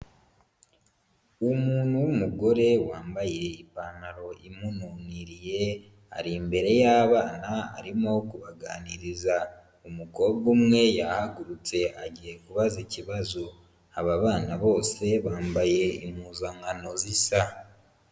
Umuntu w'umugore wambaye ipantaro imununiriye ari imbere y'abana arimo kubaganiriza, umukobwa umwe yahagurutse agiye kubaza ikibazo, aba bana bose bambaye impuzankano zisa.